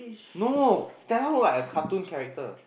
no Stella look like a cartoon character